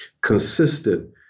consistent